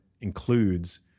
includes